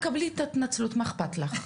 לא, תקבלי את ההתנצלות, מה אכפת לך?